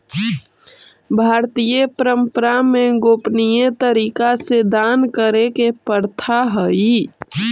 भारतीय परंपरा में गोपनीय तरीका से दान करे के प्रथा हई